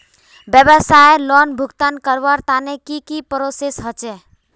व्यवसाय लोन भुगतान करवार तने की की प्रोसेस होचे?